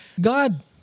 God